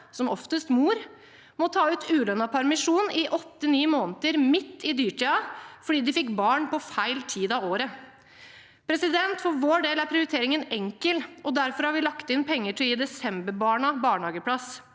som oftest mor, må ta ut ulønnet permisjon i åtte–ni måneder, midt i dyrtiden, fordi de fikk barn på feil tid av året. For vår del er prioriteringen enkel, og derfor har vi lagt inn penger til å gi desemberbarna barnehageplass.